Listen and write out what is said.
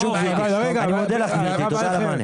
רם בן ברק, אתה מסיר את ההסתייגות?